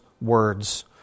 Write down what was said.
words